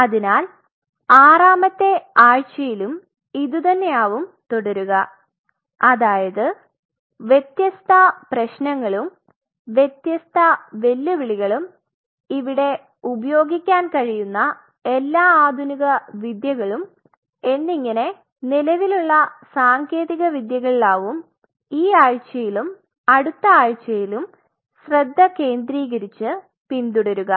അതിനാൽ ആറാമത്തെ ആഴ്ചയിലും ഇതുതന്നെയാവും തുടരുക അതായത് വ്യത്യസ്ത പ്രേശ്നങ്ങളും വ്യത്യസ്ത വെല്ലുവിളികളും ഇവിടെ ഉപയോഗിക്കാൻ കഴിയുന്ന എല്ലാ ആധുനിക വിദ്യകളും എന്നിങ്ങനെ നിലവിലുള്ള സാങ്കേതിക വിദ്യകളിൽ ആവും ഈ ആഴ്ചയിലും അടുത്ത ആഴ്ചയിലും ശ്രെദ്ധ കേന്ദ്രികരിച് പിന്തുടരുക